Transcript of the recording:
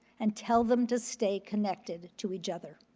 and tell them to stay connected to each other.